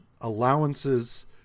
allowances